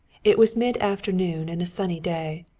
it was midafternoon and a sunny day.